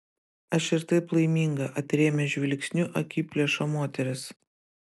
aš ir taip laiminga atrėmė žvilgsniu akiplėšą moteris